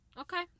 Okay